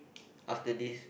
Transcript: after this